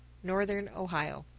northern ohio.